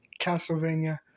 Castlevania